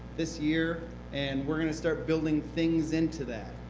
this year, and we are going to start building things into that.